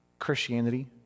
Christianity